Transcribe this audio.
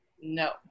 No